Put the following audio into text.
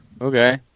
Okay